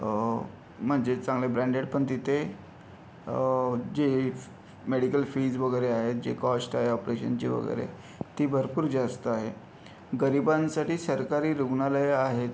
म्हणजे चांगले ब्रँडेड पण तिथे जे मेडीकल फिज वगैरे आहेत जे कॉश्ट आहे ऑपरेशनची वगैरे ती भरपूर जास्त आहे गरिबांसाठी सरकारी रुग्णालयं आहेत